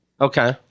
Okay